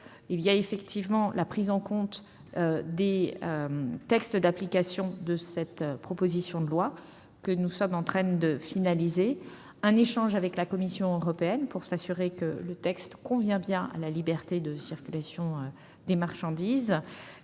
Il faut effectivement tenir compte des textes d'application de cette proposition de loi, que nous sommes en train de finaliser, ainsi que de l'échange que nous aurons avec la Commission européenne, pour nous assurer que le texte convient bien à la liberté de circulation des marchandises.